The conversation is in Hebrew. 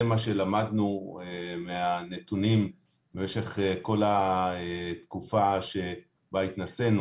זה מה שלמדנו מהנתונים במשך כל התקופה שבה התנסינו